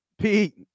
Pete